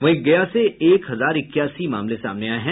वहीं गया से एक हजार इक्यासी मामले सामने आये हैं